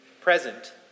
present